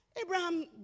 Abraham